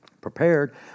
prepared